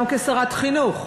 גם כשרת החינוך,